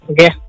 Okay